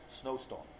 snowstorm